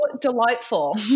delightful